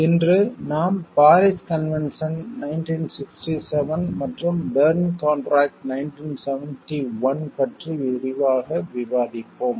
இன்று நாம் Paris convention 1967 மற்றும் பெர்ன் கான்ட்ராக்ட் 1971 பற்றி விரிவாக விவாதிப்போம்